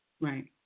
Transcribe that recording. Right